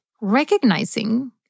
recognizing